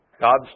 God's